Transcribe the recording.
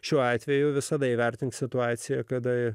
šiuo atveju visada įvertinti situaciją kada